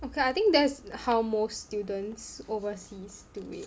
okay I think that's how most students overseas do it